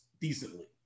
decently